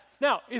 Now